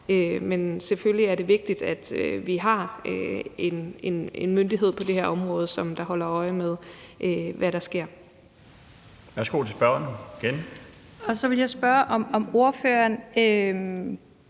Men selvfølgelig er det vigtigt, at vi har en myndighed på det her område, som holder øje med, hvad der sker. Kl. 16:21 Den fg. formand